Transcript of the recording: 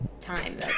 time